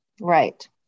Right